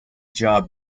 job